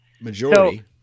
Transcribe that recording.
majority